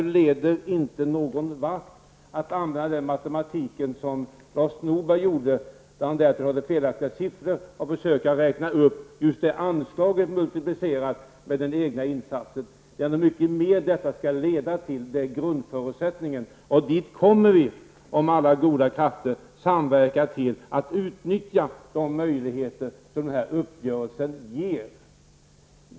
Det leder alltså inte någon vart att använda den matematik som Lars Norberg tillämpade, men med felaktiga siffror, när han försökte räkna ut summan av anslaget och den egna insatsen. Grundförutsättningen är att anslaget skall leda till mycket mer. Dit kommer vi också, om alla goda krafter samverkar till att utnyttja de möjligheter som den här uppgörelsen ger.